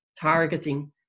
targeting